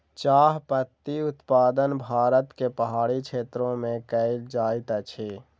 चाह पत्ती उत्पादन भारत के पहाड़ी क्षेत्र में कयल जाइत अछि